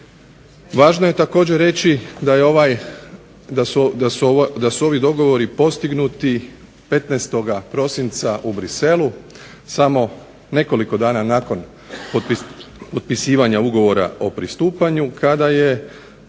Važno je također reći da su ovi dogovori postignuti 15. prosinca u Bruxellesu nekoliko dana nakon potpisivanja ugovora o pristupanju kada je